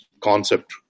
concept